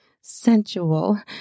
sensual